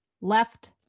left